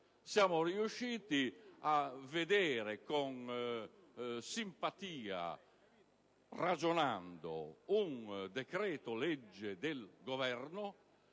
Siamo riusciti a vedere con simpatia, ragionando, un decreto-legge del Governo.